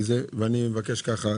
ומבקש כך: